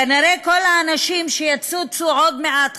כנראה כל האנשים שיצוצו עוד מעט,